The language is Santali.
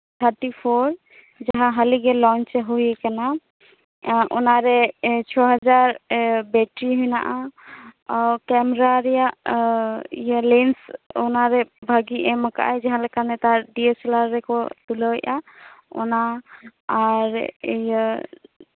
ᱛᱟᱨᱴᱤ ᱯᱷᱳᱨ ᱱᱚᱣᱟ ᱦᱟᱹᱞᱤ ᱜᱮ ᱞᱚᱱᱪ ᱦᱩᱭ ᱠᱟᱱᱟ ᱮᱜ ᱚᱱᱟᱨᱮ ᱪᱷᱚ ᱦᱟᱡᱟᱨ ᱵᱮᱴᱨᱤ ᱢᱮᱱᱟᱜᱼᱟ ᱠᱮᱢᱨᱟ ᱨᱮᱭᱟᱜ ᱞᱮᱱᱥ ᱚᱱᱟᱨᱮ ᱵᱷᱟᱹᱜᱤ ᱮᱢ ᱠᱟᱜ ᱟᱭ ᱡᱟᱸᱦᱟ ᱞᱮᱠᱟ ᱱᱮᱛᱟᱨ ᱰᱤᱭᱮᱞᱟᱨ ᱨᱮᱠᱚ ᱛᱩᱞᱟᱹᱣ ᱮᱜᱼᱟ ᱚᱱᱟ ᱟᱨ ᱤᱭᱟᱹ